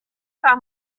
par